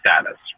status